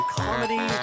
comedy